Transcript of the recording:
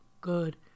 good